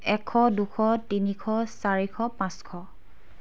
এশ দুশ তিনিশ চাৰিশ পাঁচশ